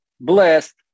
blessed